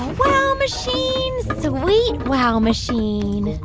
wow machine, sweet wow machine